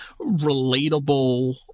relatable